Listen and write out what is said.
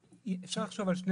אפשר לחשוב על שני